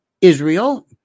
Israel